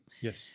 Yes